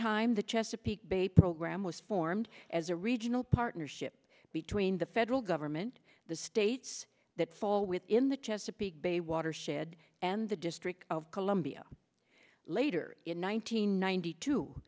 time the chesapeake bay program was formed as a regional partnership between the federal government the states that fall within the chesapeake bay watershed and the district of columbia later in